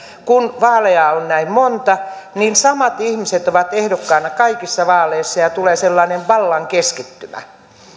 kun vaaleja on näin monta niin samat ihmiset ovat ehdokkaina kaikissa vaaleissa ja ja tulee sellainen vallan keskittymä